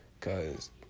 Cause